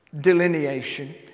delineation